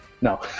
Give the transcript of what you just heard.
No